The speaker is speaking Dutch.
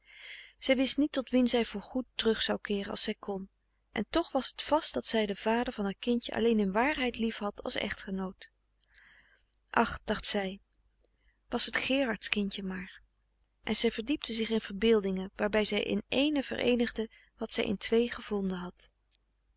zij wist niet tot wien zij voor goed terug zou keeren als zij kon en toch was t vast dat zij den vader van haar kindje alleen in waarheid liefhad als echtgenoot ach dacht zij was het gerard's kindje maar en zij verdiepte zich in verbeeldingen waarbij zij in éénen vereenigde wat zij in twee gevonden had